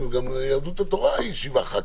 גם יהדות התורה מונה שבעה ח"כים.